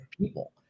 people